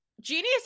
genius